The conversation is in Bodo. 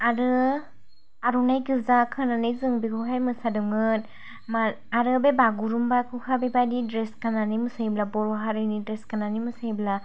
आरो आर'नाय गोजा खानानै जों बिखौहाय मोसादोंमोन आरो बे बागुरुमबाखौ बेबादि द्रेस गाननानै मोसायोब्ला बर' हारिनि द्रेस गाननानै मोसायोब्ला